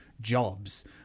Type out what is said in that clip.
jobs